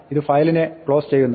ഇത് ഫയലിനെ ക്ലോസ് ചെയ്യുന്നു